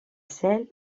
cel